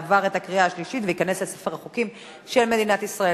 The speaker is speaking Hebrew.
עברה את הקריאה השלישית ותיכנס לספר החוקים של מדינת ישראל.